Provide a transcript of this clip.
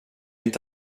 inte